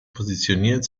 positioniert